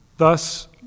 Thus